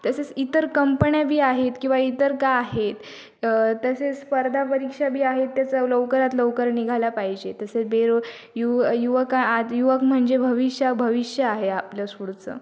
तसेच इतर कंपण्या बी आहेत किंवा इतर का आहेत तसेस स्पर्धा परीक्षा बी आहेत त्याचा लवकरात लवकर निघाल्या पाहिजे तसेच बेरो यु युवका आज युवक म्हणजे भविष्या भविष्य आहे आपलंच पुढचं